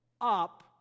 up